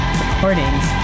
recordings